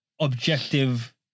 objective